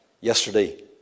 yesterday